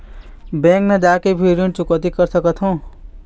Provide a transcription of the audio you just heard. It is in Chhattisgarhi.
बैंक न जाके भी ऋण चुकैती कर सकथों?